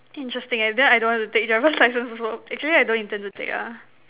interesting and then I don't want to take driver's license also actually I don't intend to take ah